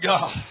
God